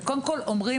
קודם כל אומרים,